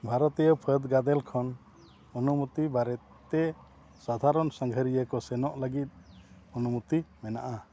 ᱵᱷᱟᱨᱚᱛᱤᱭᱚ ᱯᱷᱟᱹᱫᱽ ᱜᱟᱫᱮᱞ ᱚᱱᱩᱢᱚᱛᱤ ᱵᱟᱨᱮᱛᱮ ᱥᱟᱫᱷᱟᱨᱚᱱ ᱥᱟᱸᱜᱷᱟᱨᱤᱭᱟᱹ ᱠᱚ ᱥᱮᱱᱚᱜ ᱞᱟᱹᱜᱤᱫ ᱚᱱᱩᱢᱚᱛᱤ ᱢᱮᱱᱟᱜᱼᱟ